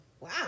Wow